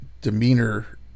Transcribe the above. demeanor